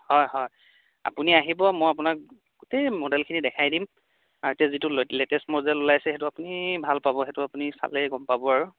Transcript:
হয় হয় আপুনি আহিব মই আপোনাক গোটেই মডেলখিনি দেখাই দিম আৰু এতিয়া যিটো লটে লেটেষ্ট মডেল ওলাইছে সেইটো আপুনি ভাল পাব সেইটো আপুনি চালেই গম পাব আৰু